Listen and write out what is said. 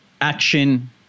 Action